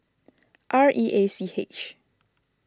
R E A C H